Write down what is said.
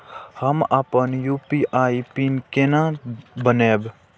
हम अपन UPI PIN केना बनैब?